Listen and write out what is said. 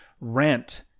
rent